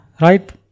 right